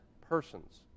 persons